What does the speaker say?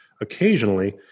occasionally